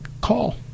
call